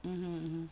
mmhmm